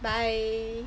bye